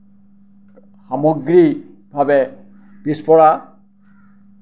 সামগ্ৰীকভাৱে পিছপৰা